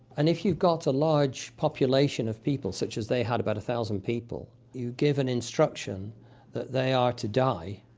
and if you've got a large population of people, such as they had about one thousand people, you give an instruction that they are to die,